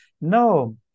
no